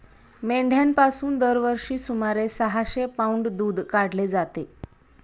मेंढ्यांपासून दरवर्षी सुमारे सहाशे पौंड दूध काढले जाते